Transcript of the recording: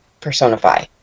personify